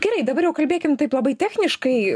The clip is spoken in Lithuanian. gerai dabar jau kalbėkim taip labai techniškai